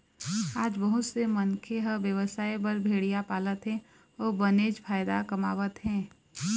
आज बहुत से मनखे ह बेवसाय बर भेड़िया पालत हे अउ बनेच फायदा कमावत हे